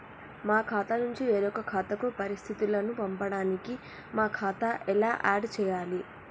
మా ఖాతా నుంచి వేరొక ఖాతాకు పరిస్థితులను పంపడానికి మా ఖాతా ఎలా ఆడ్ చేయాలి?